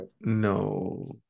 no